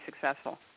successful